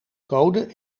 code